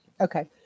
Okay